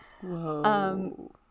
Whoa